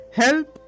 help